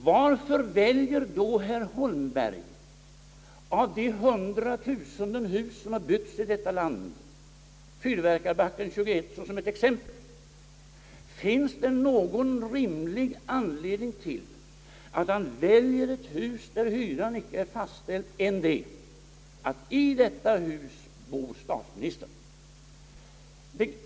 Varför väljer då herr Holmberg av de hundratusenden hus som har byggts i detta land just Fyrverkarbacken 21 som ett exempel? Finns det någon annan rimlig anledning till att han väljer ett hus där hyran inte är fastställd än den att statsministern bor i detta hus?